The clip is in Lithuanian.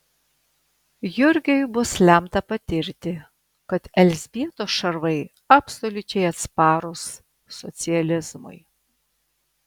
jurgiui bus lemta patirti kad elzbietos šarvai absoliučiai atsparūs socializmui